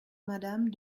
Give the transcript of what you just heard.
madame